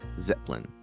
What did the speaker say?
Zeppelin